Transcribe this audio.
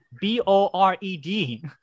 B-O-R-E-D